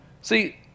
See